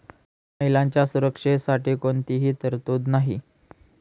महिलांच्या सुरक्षेसाठी कोणतीही तरतूद नाही